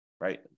right